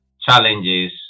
challenges